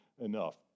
enough